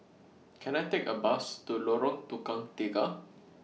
Can I Take A Bus to Lorong Tukang Tiga